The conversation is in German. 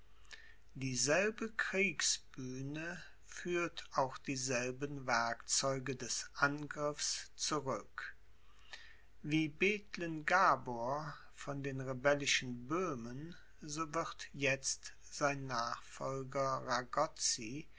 dieselbe kriegsbühne führt auch dieselben werkzeuge des angriffs zurück wie bethlen gabor von den rebellischen böhmen so wird jetzt sein nachfolger